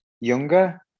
younger